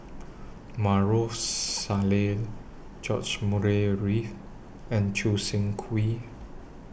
Maarof Salleh George Murray Reith and Choo Seng Quee